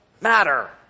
matter